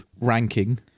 ranking